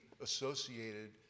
associated